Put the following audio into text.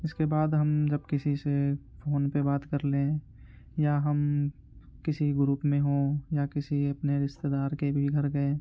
اس کے بعد ہم جب کسی سے فون پہ بات کر لیں یا ہم کسی گروپ میں ہوں یا کسی اپنے رشتے دار کے بھی گھر گئے